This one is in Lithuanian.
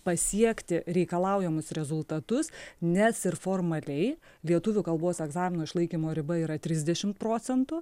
pasiekti reikalaujamus rezultatus nes ir formaliai lietuvių kalbos egzamino išlaikymo riba yra trisdešim procentų